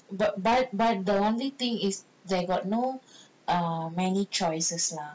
but but but the only thing is they got no err many choices lah